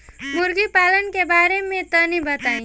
मुर्गी पालन के बारे में तनी बताई?